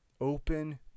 Open